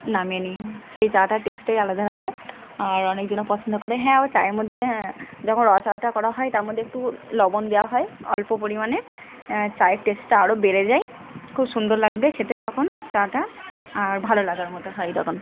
নামিয়ে নিই সেই চাটার টেস্টটাই আলাদা লাগে আর অনেকজনা পছন্দ করে হ্যাঁ ও চায়ের মধ্যে হ্যাঁ যখন র চাটা করা হয় তার মধ্যে একটু লবণ দেওয়া হয় অল্প পরিমাণে চায়ের টেস্টটা আরো বেড়ে যায় খুব সুন্দর লাগবে খেতে তখন চাটা আর ভালো লাগার মতো হয় তখন